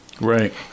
Right